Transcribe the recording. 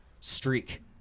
streak